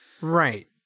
Right